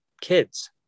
kids